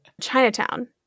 Chinatown